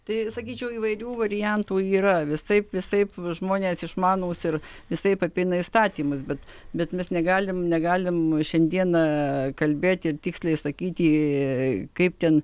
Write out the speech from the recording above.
tai sakyčiau įvairių variantų yra visaip visaip žmonės išmanūs ir visaip apeina įstatymus bet bet mes negalim negalim šiandieną kalbėti ir tiksliai sakyti kaip ten